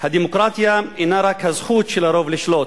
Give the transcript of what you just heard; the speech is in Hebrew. הדמוקרטיה אינה רק הזכות של הרוב לשלוט,